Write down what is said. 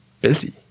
busy